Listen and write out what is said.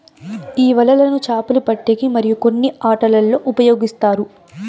ఈ వలలను చాపలు పట్టేకి మరియు కొన్ని ఆటలల్లో ఉపయోగిస్తారు